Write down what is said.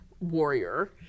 warrior